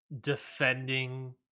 defending